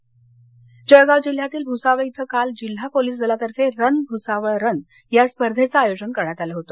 marathon Jalgaon Solapur Jalgaon जिल्ह्यातील भूसावळ इथं काल जिल्हा पोलिस दलातर्फे रन भूसावळ रन या स्पर्धेचं आयोजन करण्यात आलं होत